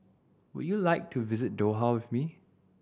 would you like to visit Doha with me